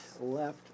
left